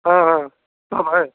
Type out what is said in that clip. हाँ हाँ हम हैं